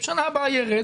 בשנה הבאה יירד,